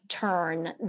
turn